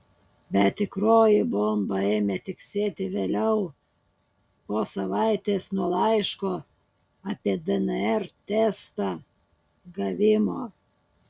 bet tikroji bomba ėmė tiksėti vėliau po savaitės nuo laiško apie dnr testą gavimo